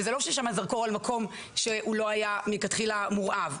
וזה לא זרקור על מקום שהוא לא היה מלכתחילה מורעב,